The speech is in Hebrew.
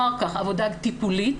אחר כך עבודה טיפולית.